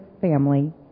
family